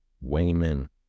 Wayman